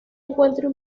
encuentro